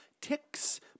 ticks